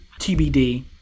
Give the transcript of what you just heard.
TBD